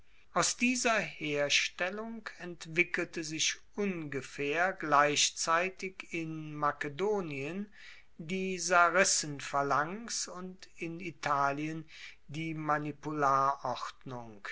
aus dieser herstellung entwickelte sich ungefaehr gleichzeitig in makedonien die sarissenphalanx und in italien die